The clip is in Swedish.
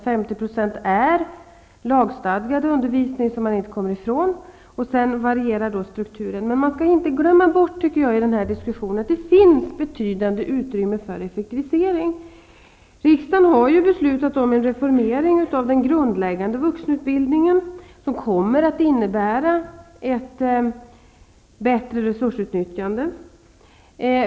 50 % är ju lagstadgad undervisning som man inte kommer ifrån. I övrigt varierar strukturen. Jag menar att vi i den här diskussionen inte får glömma bort att det finns ett betydande utrymme för effektivisering. Riksdagen har ju beslutat om en reformering av den grundläggande vuxenutbildningen som kommer att innebära att resurserna kan utnyttjas bättre.